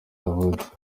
yavutse